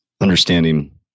understanding